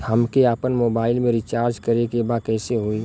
हमके आपन मोबाइल मे रिचार्ज करे के बा कैसे होई?